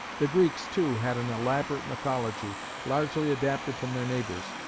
the greeks, too, had an elaborate mythology largely adapted from their neighbours,